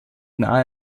nahe